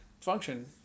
function